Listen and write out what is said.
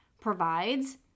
provides